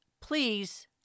Please